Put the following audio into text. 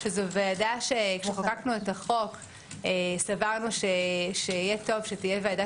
שזאת ועדה שכשחוקקנו את החוק סברנו שיהיה טוב שתהיה ועדה